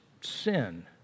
sin